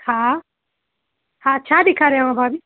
हा हा छा ॾेखारियांव भाभी